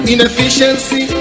Inefficiency